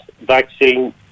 vaccine